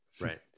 Right